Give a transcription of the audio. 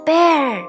Bear